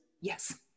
Yes